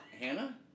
Hannah